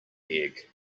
egg